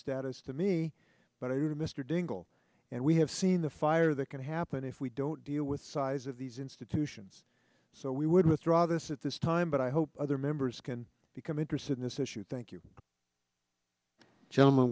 status to me but i do to mr dingell and we have seen the fire that can happen if we don't deal with size of these institutions so we would withdraw this at this time but i hope other members can become interested in this issue thank you gentlem